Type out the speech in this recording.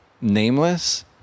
nameless